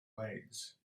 legs